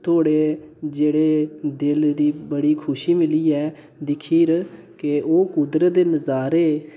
केह् थोहड़े जेह्ड़े दिल गी बड़ी खुशी मिली ऐ दिक्खियै ओह् कुदरत दे नजारे